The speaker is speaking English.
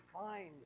find